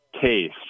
case